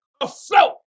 afloat